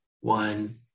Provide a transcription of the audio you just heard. one